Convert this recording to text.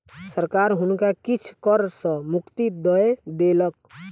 सरकार हुनका किछ कर सॅ मुक्ति दय देलक